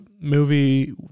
movie